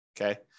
Okay